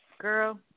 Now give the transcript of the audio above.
Girl